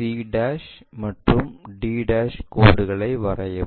c மற்றும் d கோடுகளை வரையவும்